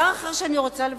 דבר אחר שאני רוצה לבקש,